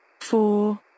Four